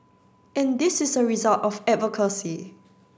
and this is a result of advocacy